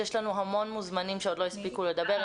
יש לנו המון מוזמנים שעוד לא הספיקו לדבר.